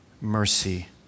mercy